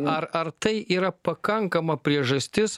ar ar tai yra pakankama priežastis